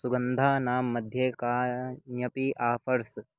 सुगन्धानां मध्ये कान्यपि आफ़र्स्